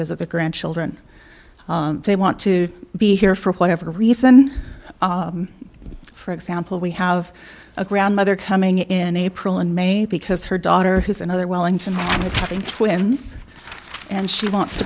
visit the grandchildren they want to be here for whatever reason for example we have a grandmother coming in april and may because her daughter has another wellington having twins and she wants to